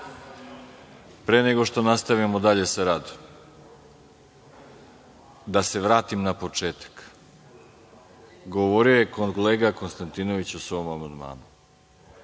nego što nastavimo dalje sa radom, da se vratim na početak. Govorio je kolega Konstantinović o svom amandmanu.